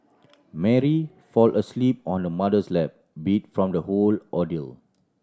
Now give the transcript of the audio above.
Mary fall asleep on her mother's lap beat from the whole ordeal